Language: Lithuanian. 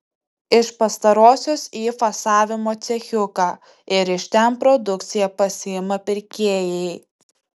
iš pastarosios į fasavimo cechiuką ir iš ten produkciją pasiima pirkėjai